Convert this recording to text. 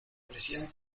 parecían